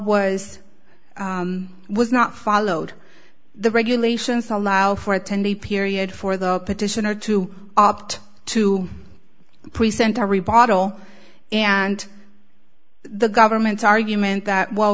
was was not followed the regulations allow for a ten day period for the petitioner to opt to present a rebottle and the government's argument that well